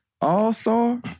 All-star